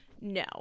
no